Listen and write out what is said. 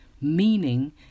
meaning